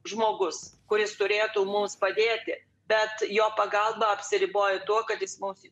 žmogus kuris turėtų mums padėti bet jo pagalba apsiriboja tuo kad jis mums